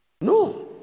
No